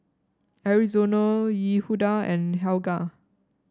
Arizona Yehuda and Helga